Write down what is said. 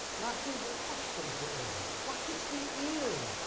like we've lost them forever, like it's the end,